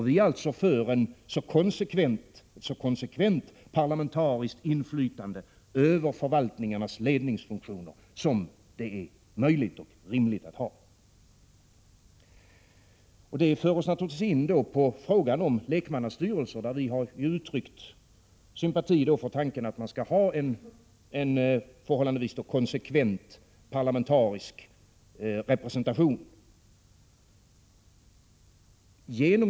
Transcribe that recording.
Vi är alltså för ett så konsekvent parlamentariskt inflytande över förvaltningarnas ledningsfunktioner som det är möjligt och rimligt att ha. Detta för oss in på frågan om lekmannastyrelser. Vi har uttryckt sympati för tanken om en förhållandevis konsekvent parlamentarisk representation.